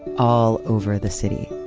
all over the city.